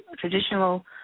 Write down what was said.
traditional